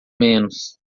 menos